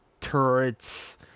turrets